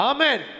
Amen